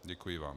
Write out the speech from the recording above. Děkuji vám.